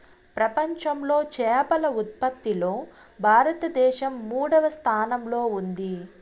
ప్రపంచంలో చేపల ఉత్పత్తిలో భారతదేశం మూడవ స్థానంలో ఉంది